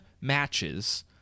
matches